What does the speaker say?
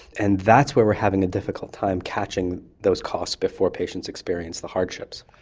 and that's where we are having a difficult time catching those costs before patients experience the hardships.